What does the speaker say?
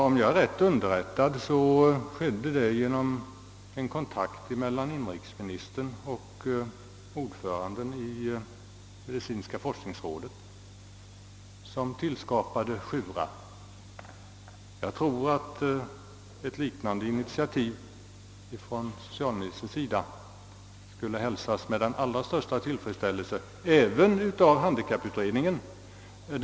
Om jag är rätt underrättad skedde det genom en kontakt mellan inrikesministern och ordföranden i medicinska forskningsrådet. Jag tror att ett liknande initiativ från socialministerns sida skulle hälsas med allra största tillfredsställelse även av handikapputredningen.